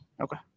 Okay